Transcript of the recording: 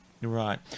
Right